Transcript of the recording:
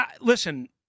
listen